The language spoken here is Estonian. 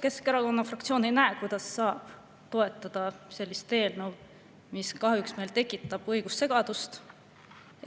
Keskerakonna fraktsioon ei näe, kuidas saaks toetada eelnõu, mis tekitab õigussegadust,